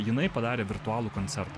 jinai padarė virtualų koncertą